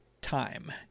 time